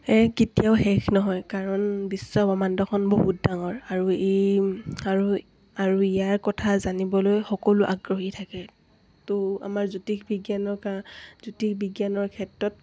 এই কেতিয়াও শেষ নহয় কাৰণ বিশ্বব্ৰক্ষ্মাণ্ডখন বহুত ডাঙৰ আৰু ই আৰু ইয়াৰ কথা জানিবলৈ সকলো আগ্ৰহী থাকে ত' আমাৰ জ্যোতিষ বিজ্ঞানৰ জ্যোতিষ বিজ্ঞানৰ ক্ষেত্ৰত